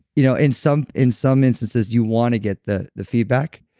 you know in some in some instances, you want to get the the feedback,